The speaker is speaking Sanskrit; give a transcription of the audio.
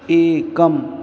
एकम्